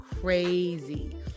crazy